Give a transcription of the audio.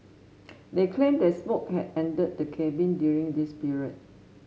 they claimed that smoke had entered the cabin during this period